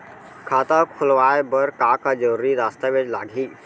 खाता खोलवाय बर का का जरूरी दस्तावेज लागही?